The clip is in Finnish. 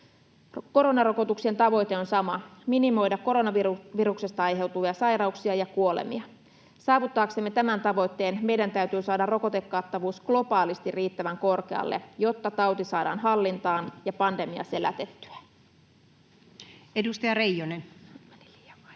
Koronarokotuksien tavoite on sama: minimoida koronaviruksesta aiheutuvia sairauksia ja kuolemia. Saavuttaaksemme tämän tavoitteen meidän täytyy saada rokotekattavuus globaalisti riittävän korkealle, jotta tauti saadaan hallintaan ja pandemia selätettyä. Edustaja Reijonen.